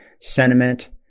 sentiment